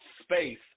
space